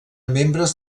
membres